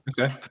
Okay